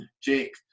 Jake